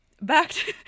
back